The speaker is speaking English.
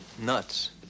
Nuts